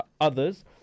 others